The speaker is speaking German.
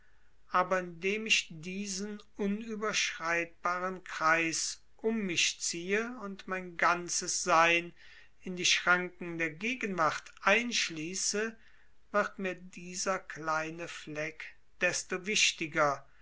aber indem ich diesen unüberschreitbaren kreis um mich ziehe und mein ganzes sein in die schranken der gegenwart einschließe wird mir dieser kleine fleck desto wichtiger